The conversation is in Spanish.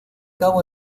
cabo